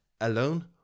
alone